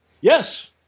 Yes